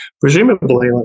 presumably